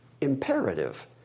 imperative